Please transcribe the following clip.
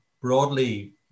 broadly